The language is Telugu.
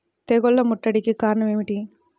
తెగుళ్ల ముట్టడికి కారణం ఏమిటి?